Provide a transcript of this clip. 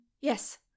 Yes